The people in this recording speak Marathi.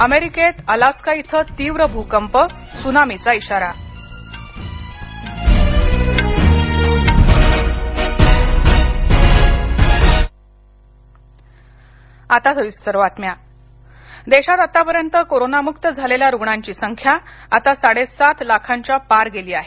अमेरिकेत अलास्का इथं तीव्र भूकंप त्सुनामीचा इशारा राष्ट्रीय आकडेवारी देशात आतापर्यंत कोरोना मुक्त झालेल्या रुग्णांची संख्या आता साडे सात लाखांच्या पार गेली आहे